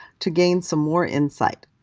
to gain some more insight.